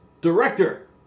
director